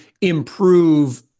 improve